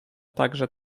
także